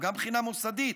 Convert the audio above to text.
אבל גם מבחינה מוסדית,